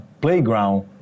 playground